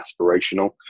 aspirational